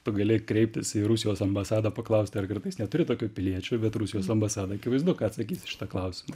tu gali kreiptis į rusijos ambasadą paklausti ar kartais neturi tokio piliečio bet rusijos ambasada akivaizdu ką atsakys į šitą klausimą